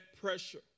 pressure